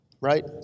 right